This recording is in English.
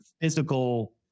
physical